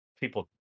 people